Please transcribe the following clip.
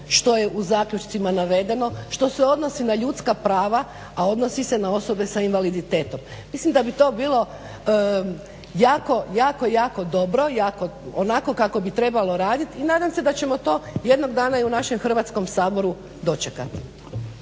što je u zaključcima navedeno, što se odnosi na ljudska prava a odnosi se na osobe s invaliditetom. Mislim da bi to bilo jako, jako dobro, onako kako bi trebalo raditi i nadam se da ćemo to jednog dana i u našem Hrvatskom saboru dočekati.